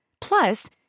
Plus